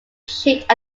achieved